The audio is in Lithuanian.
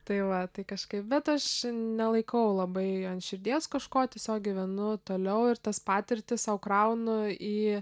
tai va tai kažkaip bet aš nelaikau labai ant širdies kažko tiesiog gyvenu toliau ir tas patirtis sau krauna į